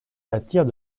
attire